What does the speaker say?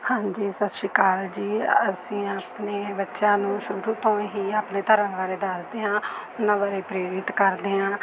ਹਾਂਜੀ ਸਤਿ ਸ਼੍ਰੀ ਅਕਾਲ ਜੀ ਅਸੀਂ ਆਪਣੇ ਬੱਚਿਆਂ ਨੂੰ ਸ਼ੁਰੂ ਤੋਂ ਹੀ ਆਪਣੇ ਧਰਮ ਬਾਰੇ ਦੱਸਦੇ ਹਾਂ ਉਹਨਾਂ ਬਾਰੇ ਪ੍ਰੇਰਿਤ ਕਰਦੇ ਹਾਂ